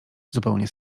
zupełnie